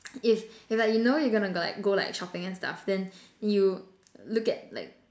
if if like you know like you're gonna go like go like shopping and stuff then you look at like